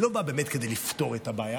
היא לא באה באמת כדי לפתור את הבעיה,